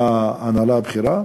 מהנהלה הבכירה.